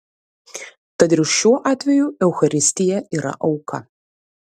tad ir šiuo atveju eucharistija yra auka